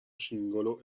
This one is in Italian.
singolo